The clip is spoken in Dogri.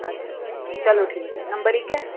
अच्छा अच्छा चलो ठीक ऐ नम्बर इ'यै